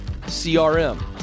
CRM